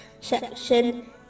section